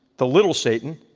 the little satan,